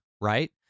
right